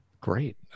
Great